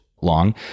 long